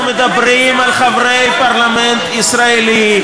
אנחנו מדברים על חברי פרלמנט ישראלי,